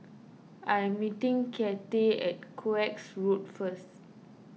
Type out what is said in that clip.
I am meeting Cathey at Koek Road first